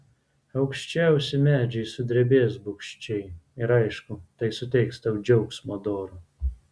aukščiausi medžiai sudrebės bugščiai ir aišku tai suteiks tau džiaugsmo doro